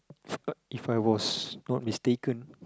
if I if I was not mistaken